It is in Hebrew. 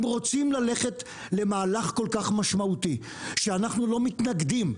אם רוצים ללכת למהלך כל כך משמעותי שאנחנו לא מתנגדים,